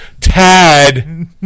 Tad